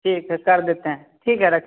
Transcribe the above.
ठीक है कर देते हैं ठीक है रखें